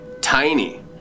tiny